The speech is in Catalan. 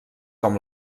com